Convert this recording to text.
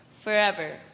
forever